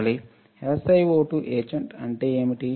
SiO2 etchant అంటే ఏమిటి